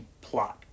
plot